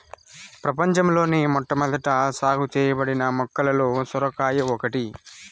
ప్రపంచంలోని మొట్టమొదట సాగు చేయబడిన మొక్కలలో సొరకాయ ఒకటి